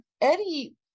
Eddie